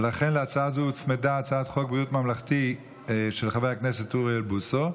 ולכן להצעה זו הוצמדה הצעת חוק בריאות ממלכתי של חבר הכנסת אוריאל בוסו,